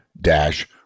dash